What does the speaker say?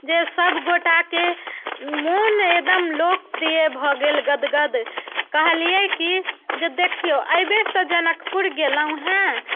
जे सब गोटाके मोन एकदम लोकप्रिय भऽ गेल गदगद कहलियै कि जे देखिऔ एहि बेर तऽ जनकपुर गेलहुँ हँ